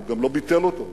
הוא גם לא ביטל אותו,